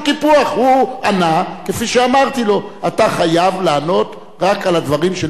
הוא ענה כפי שאמרתי לו: אתה חייב לענות רק על הדברים שלשמם הוזמנת,